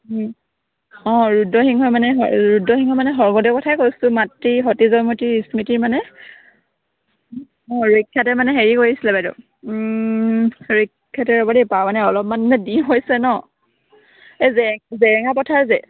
অঁ ৰুদসিংহই মানে ৰুদসিংহ মানে স্বৰ্গদেউ কথাই কৈছো মাতৃ সতি জয়মতি স্মৃতিৰ মানে অঁ ৰক্ষাতে মানে হেৰি কৰিছিলে বাইদেউ ৰক্ষাতে ৰ'ব দেই পাওঁ মানে অলপমান মানে দিন হৈছে ন এই জে জেৰেঙা পথাৰ যে